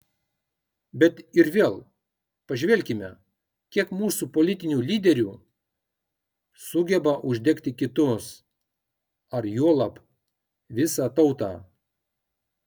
bet ir vėl pažvelkime kiek mūsų politinių lyderių sugeba uždegti kitus ar juolab visą tautą